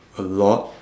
a lot